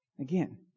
Again